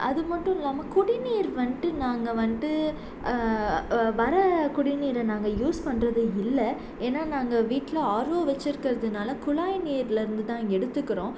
அதுமட்டும் இல்லாமல் குடிநீர் வந்துட்டு நாங்கள் வந்துட்டு வர குடிநீரை நாங்கள் யூஸ் பண்றதே இல்லை ஏன்னா நாங்கள் வீட்டில் ஆர்ஓ வெச்சிருக்குறதுனால் குழாய் நீர்லேருந்துதான் எடுத்துக்கறோம்